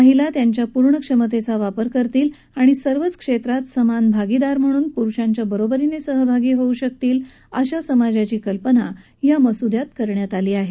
महिला त्यांच्या पूर्ण क्षमतेचा वापर करतील आणि सर्वच क्षेत्रात समान भागीदार म्हणून पुरुषांच्या बरोबरीने सहभागी होऊ शकतील अशा समाजाची कल्पना या मसुद्यात करण्यात आली आहे